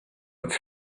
its